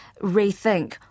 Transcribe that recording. rethink